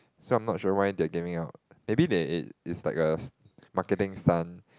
so I'm not sure why they are giving out maybe they it's like a marketing stunt